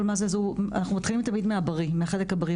אנחנו מתחילים תמיד מהחלק הבריא,